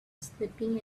sleeping